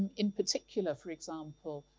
in particular, for example,